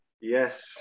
Yes